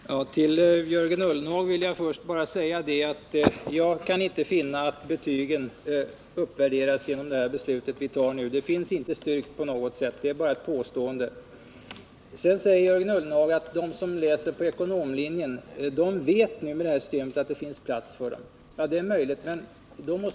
Herr talman! Till Jörgen Ullenhag vill jag först bara säga att jag inte kan finna att betygen uppvärderas genom det beslut som vi nu skall fatta. Det finns inte styrkt på något sätt utan är bara ett påstående. Jörgen Ullenhag säger att de som söker till ekonomlinjen med nuvarande system vet att det finns plats för dem. Det är möjligt att det är så.